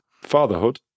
Fatherhood